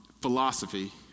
philosophy